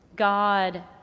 God